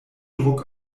druck